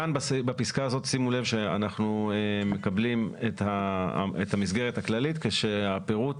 כאן בפסקה הזאת שימו לב שאנחנו מקבלים את המסגרת הכללית כשהפירוט